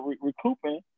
recouping